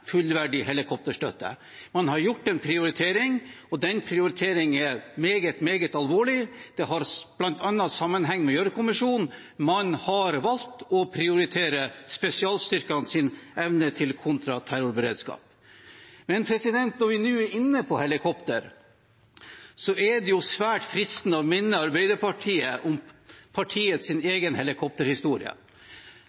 helikopterstøtte. Man har gjort en prioritering, og den prioriteringen er meget, meget alvorlig. Det har bl.a. sammenheng med Gjørv-kommisjonen. Man har valgt å prioritere spesialstyrkenes evne til kontraterrorberedskap. Når vi nå er inne på helikoptre, er det svært fristende å minne Arbeiderpartiet om